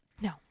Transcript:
No